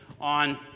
on